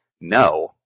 no